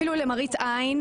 אפילו למראית עין,